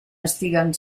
estiguen